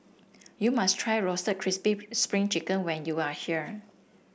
you must try Roasted Crispy Spring Chicken when you are here